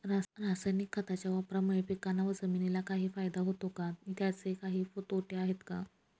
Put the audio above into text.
रासायनिक खताच्या वापरामुळे पिकांना व जमिनीला काही फायदा होतो का? त्याचे काही तोटे आहेत का?